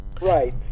Right